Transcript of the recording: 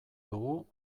dugu